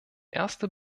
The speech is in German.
erste